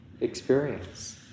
experience